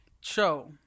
show